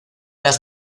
las